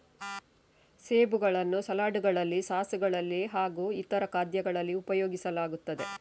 ಸೇಬುಗಳನ್ನು ಸಲಾಡ್ ಗಳಲ್ಲಿ ಸಾಸ್ ಗಳಲ್ಲಿ ಹಾಗೂ ಇತರ ಖಾದ್ಯಗಳಲ್ಲಿ ಉಪಯೋಗಿಸಲಾಗುತ್ತದೆ